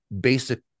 basic